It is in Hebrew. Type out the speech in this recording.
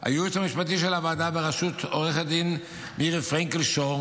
לייעוץ המשפטי של הוועדה בראשות עו"ד מירי פרנקל שור,